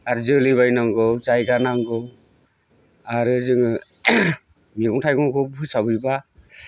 आरो जोलै बायनांगौ जायगा नांगौ आरो जोङो मैगं थाइगंखौ फोसाबहैब्ला